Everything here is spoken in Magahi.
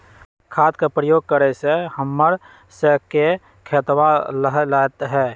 खाद के प्रयोग करे से हम्मर स के खेतवा लहलाईत हई